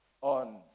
on